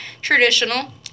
traditional